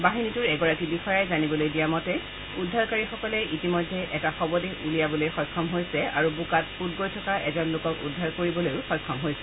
বাহিনীটোৰ এগৰাকী বিষয়াই জানিবলৈ দিয়া মতে উদ্ধাৰকাৰীসকলে ইতিমধ্যে এটা শবদেহ উলিয়াবলৈ সক্ষম হৈছে আৰু বোকাত পোত গৈ থকা এজন লোকক উদ্ধাৰ কৰিবলৈ সক্ষম হৈছে